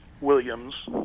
Williams